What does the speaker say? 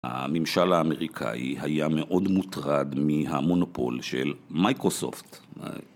הממשלה האמריקאי היה מאוד מוטרד מהמונופול של מייקרוסופט